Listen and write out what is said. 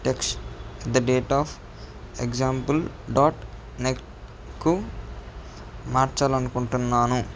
test at the rate of example dot నెట్కు మార్చాలి అనుకుంటున్నాను